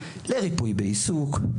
לריפוי בעיסוק,